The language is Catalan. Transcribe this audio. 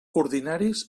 ordinaris